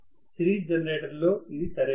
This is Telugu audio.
సిరీస్ జనరేటర్ లో ఇది సరైనది